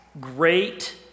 great